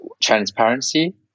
transparency